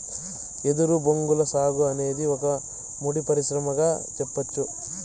ఎదురు బొంగుల సాగు అనేది ఒక ముడి పరిశ్రమగా సెప్పచ్చు